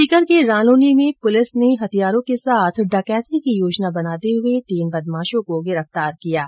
सीकर के रानोली में पुलिस ने हथियारो के साथ डकैती की योजना बनाते तीन बदमाशो को गिरफतार किया है